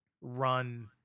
run